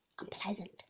unpleasant